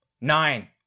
Nine